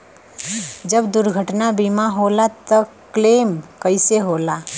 जब दुर्घटना बीमा होला त क्लेम कईसे होला?